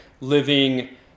Living